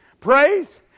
Praise